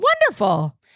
Wonderful